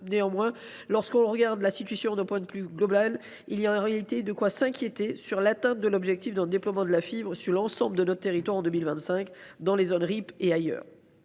Néanmoins, lorsque l’on regarde la situation globalement, il y a en réalité de quoi être inquiet sur l’atteinte de l’objectif d’un déploiement de la fibre sur l’ensemble du territoire en 2025, dans les zones RIP et ailleurs.